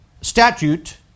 statute